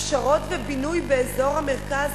הפשרות ובינוי באזור המרכז,